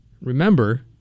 remember